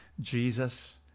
Jesus